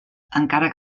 encara